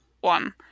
one